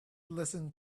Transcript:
listen